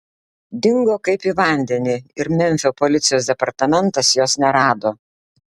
dingo kaip į vandenį ir memfio policijos departamentas jos nerado